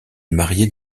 mariée